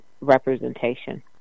representation